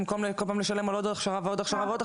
במקום לשלם על עוד הכשרה ועוד הכשרה כל פעם,